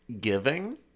giving